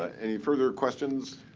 ah any further questions,